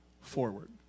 forward